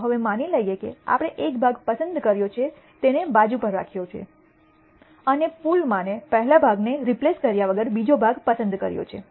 ચાલો હવે માની લઈએ કે આપણે એક ભાગ પસંદ કર્યો છે તે તેને બાજુ પર રાખ્યો છે અને પૂલમાં ને પેહલા ભાગ ને રિપ્લેસ કર્યા વગર બીજો ભાગ પસંદ કર્યો છે